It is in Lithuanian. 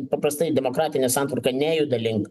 paprastai demokratinė santvarka nejuda link